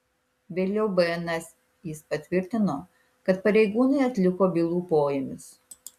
vėliau bns jis patvirtino kad pareigūnai atliko bylų poėmius